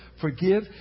forgive